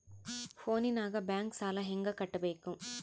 ಫೋನಿನಾಗ ಬ್ಯಾಂಕ್ ಸಾಲ ಹೆಂಗ ಕಟ್ಟಬೇಕು?